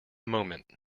moment